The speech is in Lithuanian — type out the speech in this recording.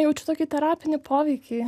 jaučiu tokį terapinį poveikį